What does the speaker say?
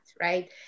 right